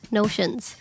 notions